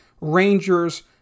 Rangers